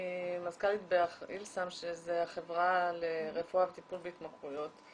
אני מזכ"לית באיל-סם שזו החברה לרפואה וטיפול בהתמכרויות,